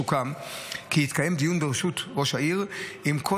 סוכם כי יתקיים דיון בראשות ראש העיר עם כל